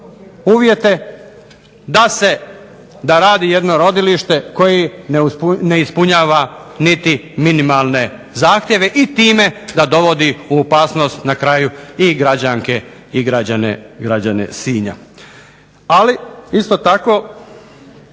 uvjete da radi jedno rodilište koje ne ispunjava niti minimalne zahtjeve i time da dovodi u opasnost na kraju i građanke i građane Sinja. Ali isto tako,